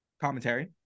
commentary